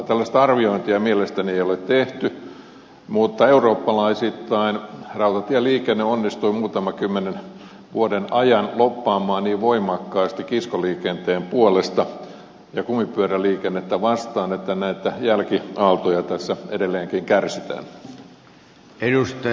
tällaista arviointia mielestäni ei ole tehty mutta eurooppalaisittain rautatieliikenne onnistui muutaman kymmenen vuoden ajan lobbaamaan niin voimakkaasti kiskoliikenteen puolesta ja kumipyöräliikennettä vastaan että näitä jälkiaaltoja tässä edelleenkin kärsitään